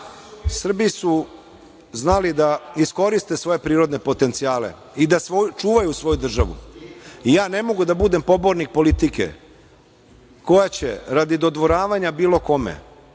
su znali da iskoriste svoje prirodne potencijale i da čuvaju svoju državu. Ja ne mogu da budem pobornik politike koja će radi dodvoravanja bilo kome